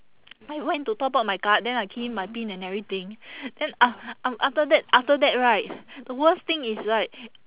I went to top up my card then I key in my pin and everything then a~ um after that after that right the worst thing is right